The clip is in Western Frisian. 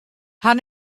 haw